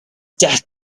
death